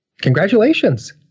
Congratulations